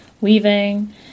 weaving